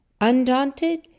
Undaunted